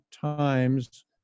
times